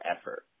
effort